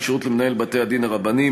כשירות למנהל בתי-הדין הרבניים),